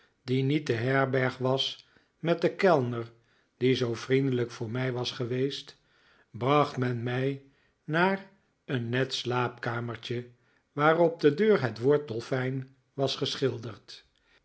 die niet de herberg was met den kellner die zoo vriendelijk voor mij was geweest bracht men mij naar een net slaapkamertje waar op de deur het woord dolfijn was geschilderd